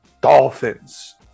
Dolphins